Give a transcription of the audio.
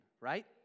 Right